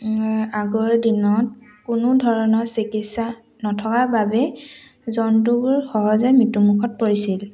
আগৰ দিনত কোনো ধৰণৰ চিকিৎসা নথকা বাবে জন্তুবোৰ সহজে মৃত্যুমুখত পৰিছিল